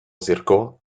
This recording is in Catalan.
zircó